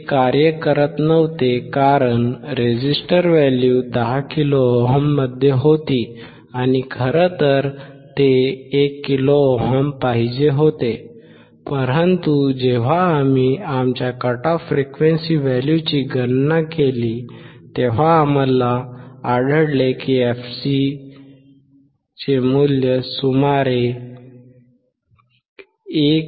ते कार्य करत नव्हते कारण रेझिस्टर व्हॅल्यू 10 किलो ओममध्ये होती आणि खरं तर ते 1 किलो ओहम पाहिजे होते परंतु जेव्हा आम्ही आमच्या कट ऑफ फ्रिक्वेंसी व्हॅल्यूची गणना केली तेव्हा आम्हाला आढळले की fc व्हॅल्यू सुमारे आहे 1